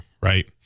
right